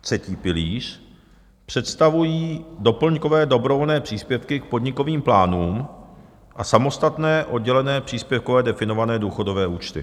Třetí pilíř představují doplňkové dobrovolné příspěvky k podnikovým plánům a samostatné oddělené, příspěvkově definované důchodové účty.